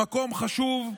במקום חשוב,